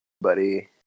buddy